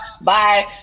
bye